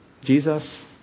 Jesus